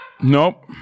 Nope